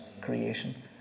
creation